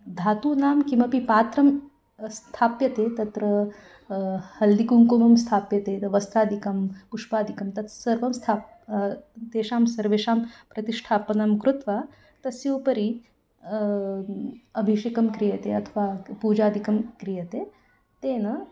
धातूनां किमपि पात्रं स्थाप्यते तत्र हल्दिकुङ्कुमं स्थाप्यते द वस्त्रादिकं पुष्पादिकं तत् सर्वं स्था तेषां सर्वेषां प्रतिष्ठापनं कृत्वा तस्य उपरि अभिषेकं क्रियते अथवा पूजादिकं क्रियते तेन